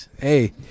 hey